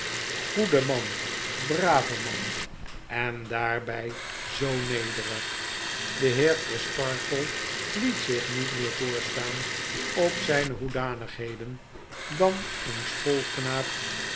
goede man brave man en daarby zoo nederig de heer crisparkle liet zich niet meer voorstaan op zyne hoedanigheden dan een